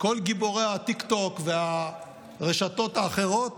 תופעה אחת בולטת: כל גיבורי הטיקטוק והרשתות האחרות